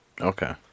Okay